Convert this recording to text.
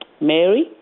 Mary